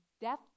Death